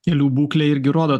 kelių būklė irgi rodo